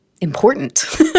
important